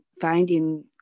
finding